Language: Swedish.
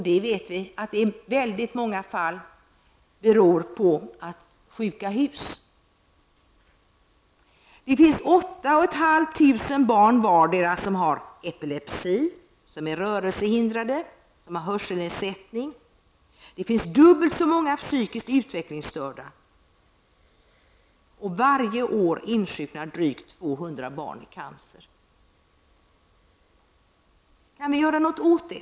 Vi vet att den sjukdomen ofta beror på sjuka hus. 8 500 barn antingen har epilepsi, är rörelsehindrade eller har hörselnedsättning. Det finns dubbelt så många psykiskt utvecklingsstörda. Varje år insjuknar drygt 200 barn i cancer. Kan vi göra någonting åt detta?